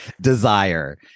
desire